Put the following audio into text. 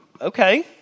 Okay